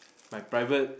my private